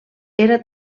era